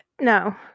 No